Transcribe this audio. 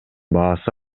баасы